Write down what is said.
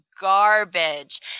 garbage